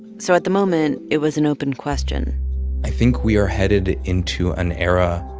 so at the moment, it was an open question i think we are headed into an era